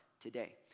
today